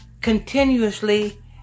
continuously